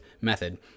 method